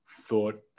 thought